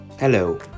Hello